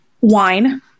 Wine